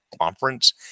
conference